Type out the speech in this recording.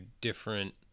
different